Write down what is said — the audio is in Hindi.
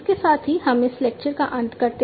इसके साथ ही हम इस लेक्चर का अंत करते हैं